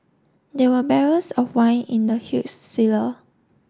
there were barrels of wine in the huge cellar